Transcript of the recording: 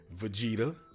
Vegeta